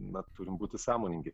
na turim būti sąmoningi